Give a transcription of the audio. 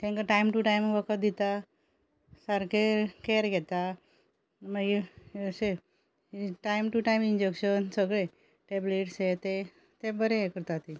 तांकां time to time वखद दिता सारकें कॅअर घेता मागीर अशें टायम टू टायम इंजेक्शन सगळें टॅबलेट्स हें तें तें बरें हें करता तीं